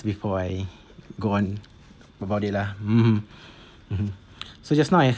before I go on about it lah so just now I